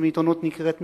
אם עיתונות נקראת מקצוע,